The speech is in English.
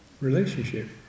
relationship